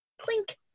Clink